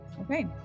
Okay